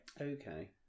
okay